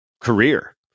career